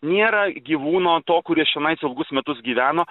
nėra gyvūno to kuris čionais ilgus metus gyveno